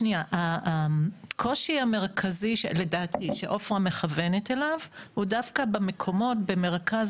הקושי המרכזי לדעתי שעפרה מכוונת אליו הוא דווקא במקומות במרכז